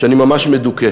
שאני ממש מדוכא